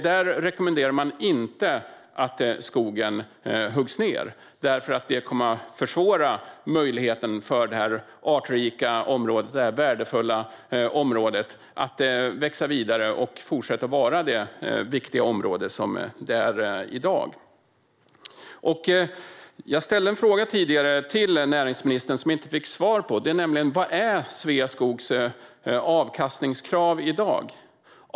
Där rekommenderar man att skogen inte huggs ned eftersom det kommer att försvåra möjligheten för det artrika och värdefulla området att växa vidare och fortsätta att vara det viktiga område det är i dag. Jag ställde tidigare en fråga till näringsministern som jag inte fick svar på: Vad är Sveaskogs avkastningskrav i dag?